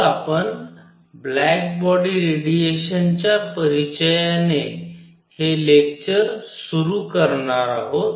तर आपण black body रेडिएशनच्या परिचयाने हे लेक्चर सुरू करणार आहोत